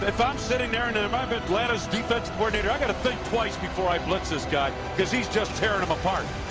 if i'm sitting there and um i'm atlanta's defensive coordinator i gotta think twice before i blitz this guy, because he is just tearing them apart.